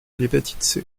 l’hépatite